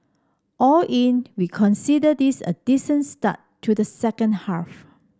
all in we consider this a decent start to the second half